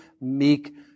meek